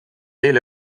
eile